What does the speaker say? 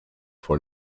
for